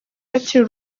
akiri